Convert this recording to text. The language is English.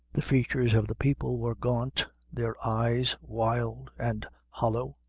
the features of the people were gaunt, their eyes wild and hollow,